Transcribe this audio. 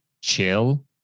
chill